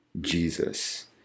Jesus